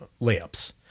layups